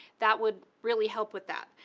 that would really help with that.